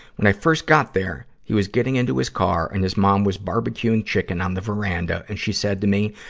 when i first got there, he was getting into his car, and his mom was barbecuing chicken on the veranda, and she said to me,